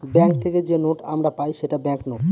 bank থেকে যে note আমরা পাই সেটা ব্যাঙ্ক নোট